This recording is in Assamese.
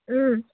ও